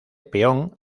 peón